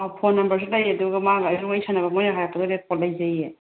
ꯑꯥꯎ ꯐꯣꯟ ꯅꯝꯕꯔꯁꯨ ꯂꯩ ꯑꯗꯨꯒ ꯃꯥꯒ ꯑꯩꯒ ꯋꯥꯔꯤ ꯁꯥꯟꯅꯕ ꯃꯣꯏꯅ ꯍꯥꯏꯔꯛꯄꯗꯣ ꯔꯦꯀꯣꯗ ꯂꯩꯖꯩꯑꯦ